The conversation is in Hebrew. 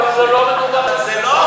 אבל זה לא מדובר על זה.